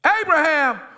Abraham